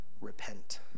repent